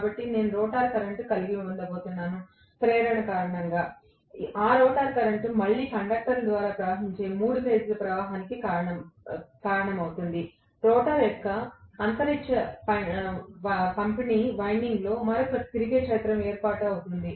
కాబట్టి నేను rotor current కలిగి ఉండబోతున్నాను ప్రేరణ కారణంగా ఆ రోటర్ కరెంట్ మళ్ళీ కండక్టర్ల ద్వారా ప్రవహించే 3 ఫేజ్ల ప్రవాహానికి కారణమవుతుంది రోటర్ యొక్క అంతరిక్ష పంపిణీ వైండింగ్లో మరొక తిరిగే క్షేత్రం ఏర్పాటు అవుతుంది